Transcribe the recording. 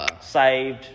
saved